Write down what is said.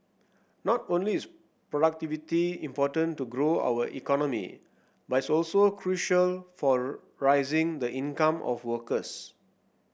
not only is productivity important to grow our economy but it's also crucial for rising the income of workers